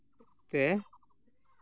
ᱛᱮ